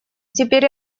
теперь